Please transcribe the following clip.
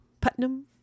Putnam